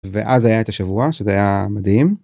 ואז היה את השבוע שזה היה מדהים.